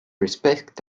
respect